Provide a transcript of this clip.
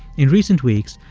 in recent weeks,